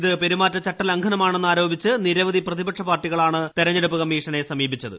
ഇത് പെരുമാറ്റചട്ട ലംഘനമാണെന്ന് ആരോപിച്ച നിരവധി പ്രതിപക്ഷ പാർട്ടികളാണ് തെരഞ്ഞെടുപ്പ് കമ്മീഷനെ സമീപിച്ചത്